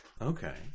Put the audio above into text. Okay